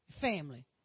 family